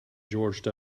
george